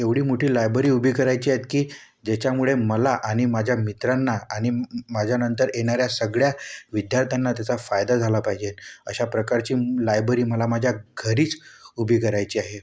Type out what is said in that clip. एवढी मोठी लायबरी उभी करायची आहेत की ज्याच्यामुळे मला आणि माझ्या मित्रांना आणि माझ्यानंतर येणाऱ्या सगळ्या विद्यार्थ्यांना त्याचा फायदा झाला पाहिजे अशा प्रकारची लायबरी मला माझ्या घरीच उभी करायची आहे